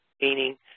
meaning